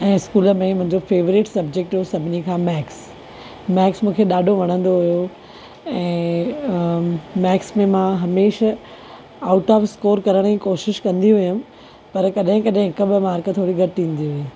ऐं स्कूल में मुंहिंजो फेवरैट सब्जैक्ट हो सभिनी खा मैथ्स मैथ्स मूंखे ॾाढो वणंदो हुयो ऐं मैथ में मां हमेशह आउट ऑफ स्कोर करण जी कोशिशि कंदी हुयमि पर कॾहिं कॾहिं हिकु ॿ मार्क थोरी घटि ईंदी हुई